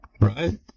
Right